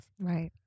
Right